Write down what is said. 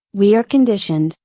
we are conditioned,